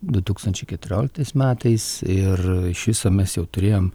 du tūkstančiai keturioliktais metais ir iš viso mes jau turėjom